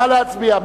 נא להצביע.